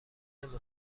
نمی